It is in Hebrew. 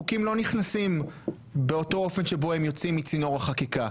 חוקים לא נכנסים באותו אופן שבו הם יוצאים מצינור החקיקה,